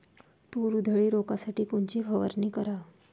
तूर उधळी रोखासाठी कोनची फवारनी कराव?